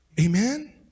Amen